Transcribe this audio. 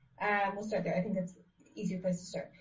we'll start there. i think it's easier place to start.